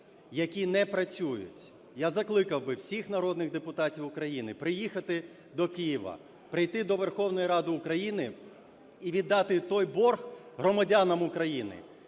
які не працюють. Я закликав би всіх народних депутатів України приїхати до Києва, прийти до Верховної Ради України і віддати той борг громадянам України,